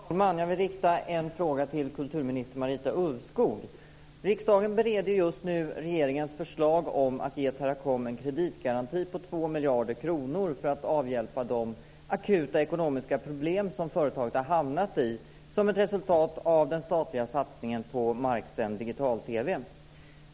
Fru talman! Jag vill rikta en fråga till kulturminister Marita Ulvskog. Riksdagen bereder just nu regeringens förslag om att ge Teracom en kreditgaranti på 2 miljarder kronor för att avhjälpa de akuta ekonomiska problem som företaget har hamnat i som ett resultat av den statliga satsningen på marksänd digital-TV.